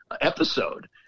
episode